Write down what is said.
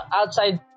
outside